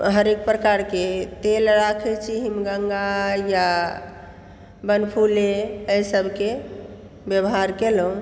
हरेक प्रकारके तेल राखै छी हिमगङ्गा या बनफूले एहि सबके हम व्यवहार कएलहुॅं